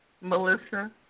Melissa